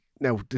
Now